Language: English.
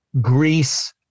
Greece